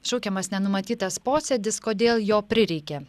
šaukiamas nenumatytas posėdis kodėl jo prireikė